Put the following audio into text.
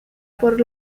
por